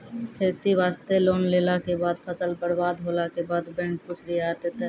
खेती वास्ते लोन लेला के बाद फसल बर्बाद होला के बाद बैंक कुछ रियायत देतै?